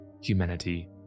humanity